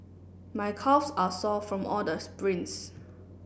my calves are sore from all the sprints